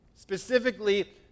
Specifically